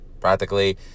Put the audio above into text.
practically